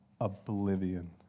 oblivion